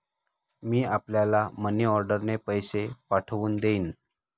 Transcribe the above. मी आपल्याला मनीऑर्डरने पैसे पाठवून देईन